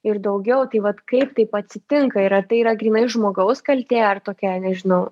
ir daugiau tai vat kaip taip atsitinka ir ar tai yra grynai žmogaus kaltė ar tokia nežinau